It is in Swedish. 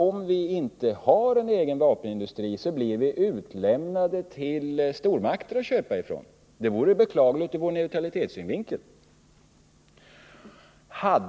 Om vi inte har en egen vapenindustri, blir vi utlämnade till att köpa från stormakter, vilket vore beklagligt ur vår neutralitetssynvinkel. Det är en annan anledning.